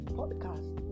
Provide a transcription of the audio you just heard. podcast